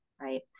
right